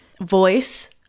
voice